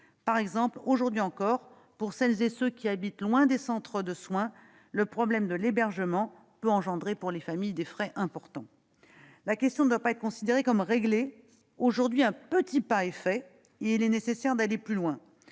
Par exemple, aujourd'hui encore, pour celles et ceux qui habitent loin des centres de soins, la problématique de l'hébergement peut entraîner des frais importants pour les familles. La question ne doit pas être considérée comme réglée. Aujourd'hui, un petit pas est fait. Il est nécessaire d'aller plus loin.